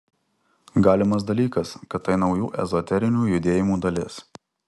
galimas dalykas kad tai naujų ezoterinių judėjimų dalis